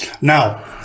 now